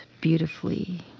beautifully